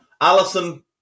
Alison